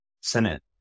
senate